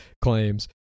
claims